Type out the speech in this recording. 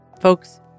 folks